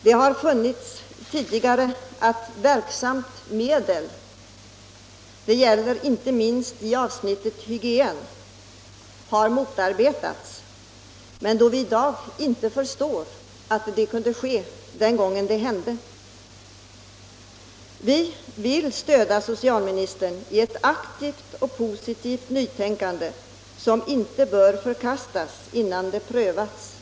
Det har förekommit även tidigare att ett verksamt medel — detta gäller inte minst i avsnittet hygien — har motarbetats, men vi förstår i dag inte att detta kunde ske den gången det hände. Vi vill stödja socialministern i ett aktivt och positivt nytänkande, som inte bör förkastas innan det prövats.